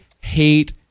hate